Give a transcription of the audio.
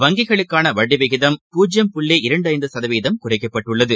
வங்கிகளுக்கானவட்டிவிகிதம் பூஜ்யம் புள்ளி இரண்டுஐந்துசதவீதம் குறைக்கப்பட்டுள்ளது